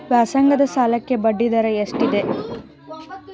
ವ್ಯಾಸಂಗದ ಸಾಲಕ್ಕೆ ಬಡ್ಡಿ ದರ ಎಷ್ಟಿದೆ?